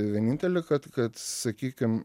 vienintelė kad kad sakykim